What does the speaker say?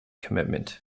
commitment